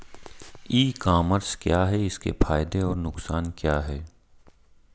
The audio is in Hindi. ई कॉमर्स क्या है इसके फायदे और नुकसान क्या है?